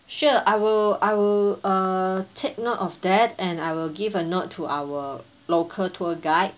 sure I will I will uh take note of that and I will give a note to our local tour guide